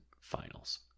finals